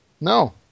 no